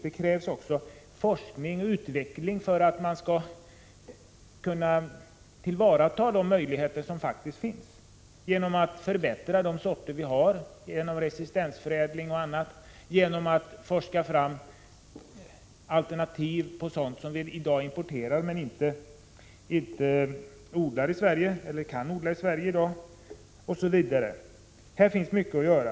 Vidare krävs det forskning och utveckling för att man skall kunna tillvarata de möjligheter som faktiskt finns. Vi kan förbättra de sorter som vi har — genom resistensförädling och annat — och genom att forska fram alternativ till sådant som vi i dag importerar, därför att vii dag inte kan odla det här i landet. På detta område finns mycket att göra.